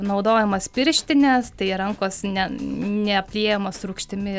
naudojamos pirštinės tai rankos ne neapliejamos rūgštimi